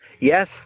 Yes